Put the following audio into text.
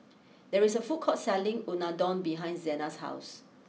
there is a food court selling Unadon behind Zenas' house